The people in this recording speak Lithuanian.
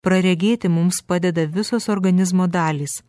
praregėti mums padeda visos organizmo dalys